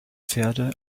pferde